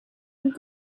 und